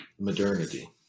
modernity